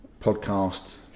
podcast